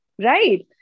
Right